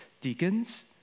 deacons